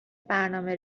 برنامه